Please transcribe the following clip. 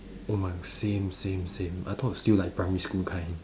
oh my same same same I thought still like primary school kind